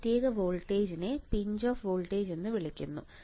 ഈ പ്രത്യേക വോൾട്ടേജിനെ പിഞ്ച് ഓഫ് വോൾട്ടേജ് എന്ന് വിളിക്കുന്നു